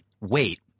Wait